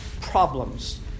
problems